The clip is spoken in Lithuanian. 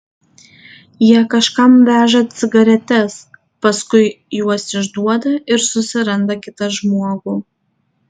jie kažkam veža cigaretes paskui juos išduoda ir susiranda kitą žmogų